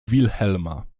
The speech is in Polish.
wilhelma